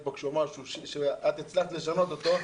פה כשהוא אמר שאת הצלחת לשנות אותו.